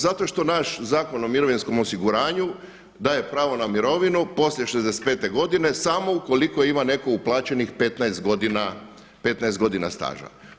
Zato što naš zakon o Mirovinskom osiguranju daje pravo na mirovinu poslije 65 godine samo ukoliko ima netko uplaćenih 15 godina, 15 godina staža.